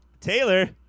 Taylor